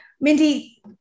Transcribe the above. Mindy